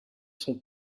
son